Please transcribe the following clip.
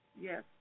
Yes